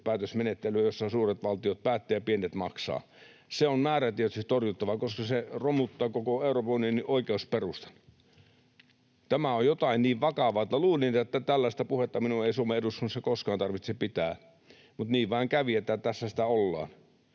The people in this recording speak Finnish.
ei saa tulla, jossa suuret valtiot päättävät ja pienet maksavat. Se on määrätietoisesti torjuttava, koska se romuttaa koko Euroopan unionin oikeusperustan. Tämä on jotain niin vakavaa, että luulin, että tällaista puhetta minun ei Suomen eduskunnassa koskaan tarvitse pitää, mutta niin vain kävi, että tässä sitä ollaan.